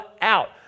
out